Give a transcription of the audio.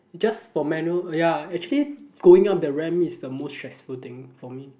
just for manual ya actually going up the ramp is the most stressful thing for me